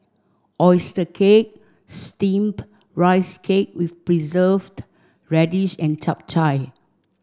oyster cake steamed rice cake with preserved radish and Chap Chai